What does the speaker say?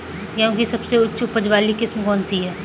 गेहूँ की सबसे उच्च उपज बाली किस्म कौनसी है?